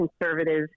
conservative